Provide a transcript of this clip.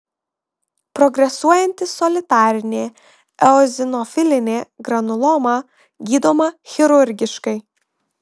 progresuojanti solitarinė eozinofilinė granuloma gydoma chirurgiškai